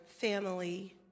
family